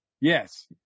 yes